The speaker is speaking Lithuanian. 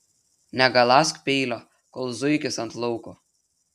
negaląsk peilio kol zuikis ant lauko